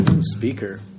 speaker